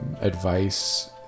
advice